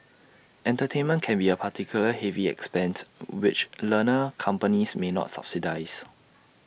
entertainment can be A particularly heavy expense which learner companies may not subsidise